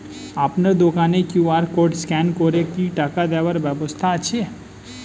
আপনার দোকানে QR code scan করে কি টাকা দেওয়ার ব্যবস্থা আছে?